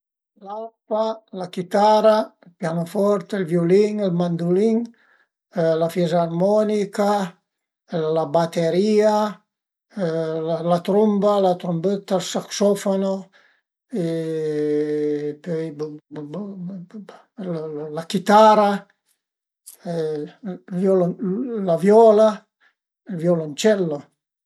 L'arpa, la chitara, ël pianoforte, ël viulin, ël mandulin, la fizarmonica, la baterìa, la trumba, la trumbëtta, ël saxofono pöi la chitara, la viola, ël violoncello